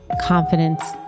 confidence